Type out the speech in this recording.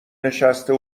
نشسته